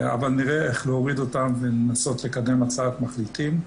אבל נראה איך להוריד אותם ולנסות לקדם הצעת מחליטים.